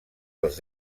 els